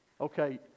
okay